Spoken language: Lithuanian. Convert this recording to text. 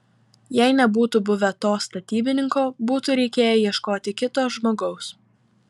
jei nebūtų buvę to statybininko būtų reikėję ieškoti kito žmogaus